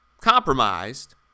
compromised